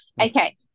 Okay